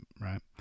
right